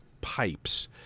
pipes